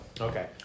Okay